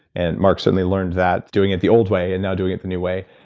and mark certainly learned that doing it the old way and now doing it the new way.